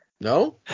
No